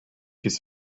his